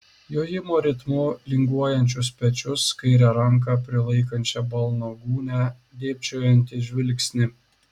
jojimo ritmu linguojančius pečius kairę ranką prilaikančią balno gūnią dėbčiojantį žvilgsnį